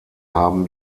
haben